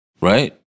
right